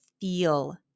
feel